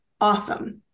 awesome